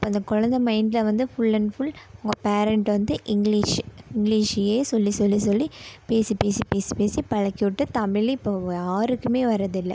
இப்போ அந்த குழந்த மைண்ட்டில் வந்து ஃபுல் அண்ட் ஃபுல் அவங்க பேரெண்ட் வந்து இங்கிலீஷ் இங்கிலீஷேலேயே சொல்லி சொல்லி சொல்லி பேசி பேசி பேசி பேசி பழக்கி விட்டு தமிழ் இப்போ யாருக்குமே வரதில்லை